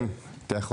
כן, אתה יכול.